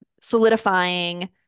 solidifying